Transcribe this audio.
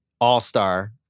all-star